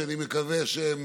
שאני מקווה שהן